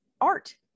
art